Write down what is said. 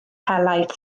helaeth